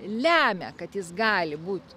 lemia kad jis gali būt